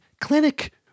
clinic